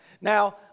now